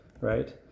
right